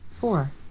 Four